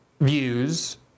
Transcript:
views